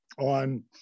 on